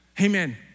amen